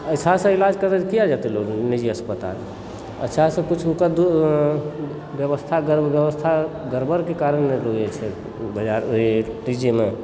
अच्छा से इलाज करतय तऽ किया जेतय लोग निजी अस्पताल अच्छासँ कुछ व्यवस्था गड़बड़के कारण नऽ लोक जाइ छै बाजार ई निजीमे